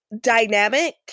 dynamic